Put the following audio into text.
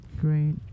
great